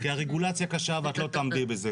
כשנגיע לפרטים, אתם תראו את הפרטים.